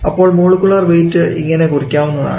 അപ്പോൾ molecular weight ഇങ്ങനെ കുറിയ്ക്കാവുന്നതാണ്